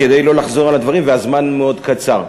כדי לא לחזור על הדברים והזמן מאוד קצר.